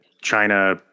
China